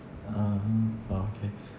uh okay